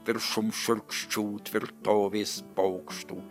viršum šiurkščių tvirtovės bokštų